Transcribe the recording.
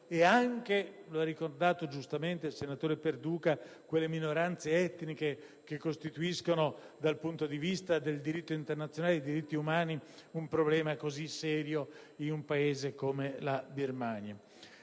ed anche - lo ha giustamente ricordato il senatore Perduca - quelle minoranze etniche che costituiscono, dal punto di vista del diritto internazionale e dei diritti umani, un problema così serio in un Paese come la Birmania.